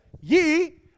ye